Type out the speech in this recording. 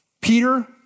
Peter